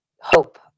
hope